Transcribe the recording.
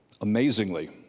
amazingly